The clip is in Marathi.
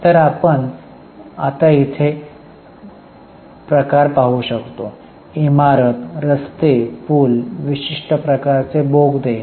तर आता इथे आपण प्रकार पाहू शकतो इमारत रस्ते पूल विशिष्ट प्रकारचे बोगदे